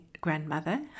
grandmother